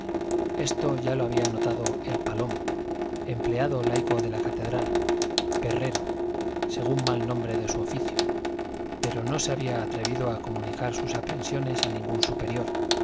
esto ya lo había notado el palomo empleado laico de la catedral perrero según mal nombre de su oficio pero no se había atrevido a comunicar sus aprensiones a ningún superior